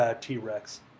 T-Rex